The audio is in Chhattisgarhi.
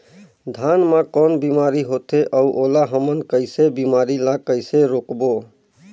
धान मा कौन बीमारी होथे अउ ओला हमन कइसे बीमारी ला कइसे रोकबो?